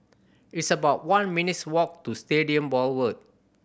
it's about one minutes' walk to Stadium Boulevard